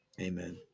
Amen